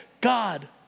God